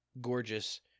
Gorgeous